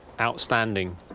outstanding